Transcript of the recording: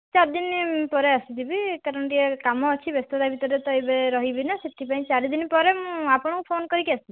ଚାରିଦିନ ପରେ ଆସିଯିବି କାରଣ ଟିକେ କାମ ଅଛି ବ୍ୟସ୍ତତା ଭିତରେ ତ ଏବେ ରହିବି ନା ସେଥିପାଇଁ ଚାରିଦିନ ପରେ ମୁଁ ଆପଣଙ୍କୁ ଫୋନ କରିକି ଆସିବି